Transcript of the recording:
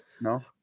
No